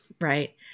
right